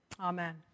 Amen